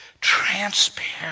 Transparent